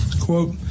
quote